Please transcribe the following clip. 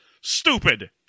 Stupid